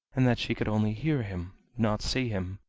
and that she could only hear him, not see him.